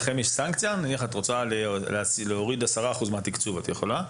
נניח שאת רוצה להוריד 10% מהתקצוב, את יכולה?